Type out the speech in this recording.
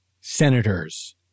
Senators